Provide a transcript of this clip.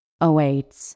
awaits